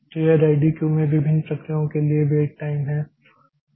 तो यह ready queue में विभिन्न प्रक्रियाओं के लिए वेट टाइम है